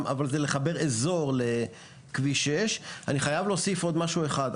אבל זה לחבר אזור לכביש 6. אני חייב להוסיף עוד משהו אחד.